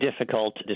difficult